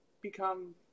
become